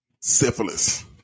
syphilis